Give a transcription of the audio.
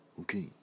Okay